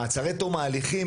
מעצרי תום ההליכים,